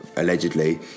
allegedly